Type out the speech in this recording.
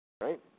Right